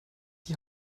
die